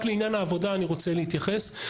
רק לעניין העבודה אני רוצה להתייחס.